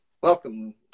Welcome